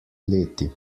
leti